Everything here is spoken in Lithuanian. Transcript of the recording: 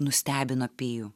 nustebino pijų